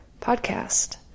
podcast